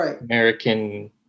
American